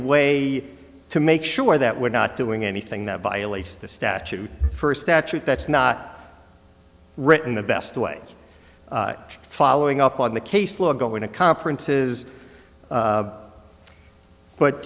way to make sure that we're not doing anything that violates the statute first statute that's not written the best way following up on the case law going to conferences